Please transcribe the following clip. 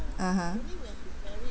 (uh huh)